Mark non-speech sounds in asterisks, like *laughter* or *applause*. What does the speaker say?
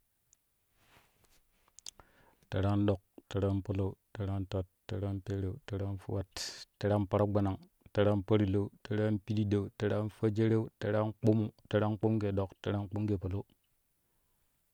*noise* tɛrɛ an diɗ tɛtɛ anpalau tɛrɛ antat tɛrɛ an peeru tɛrɛ anfuwat tɛrɛ an panagbanang tɛrɛ an parlau tɛrɛ anpididou tɛrɛ anfwejereu tɛrɛ ankpumu tɛrɛ ankpumu geedon tɛrɛ an kpumu gee palau.